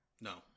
No